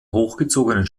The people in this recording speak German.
hochgezogenen